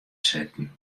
sitten